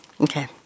Okay